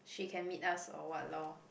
she can meet us or what lor